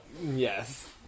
Yes